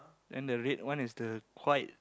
then the red one is the white